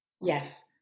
Yes